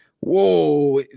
whoa